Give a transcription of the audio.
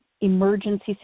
emergency